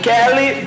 Kelly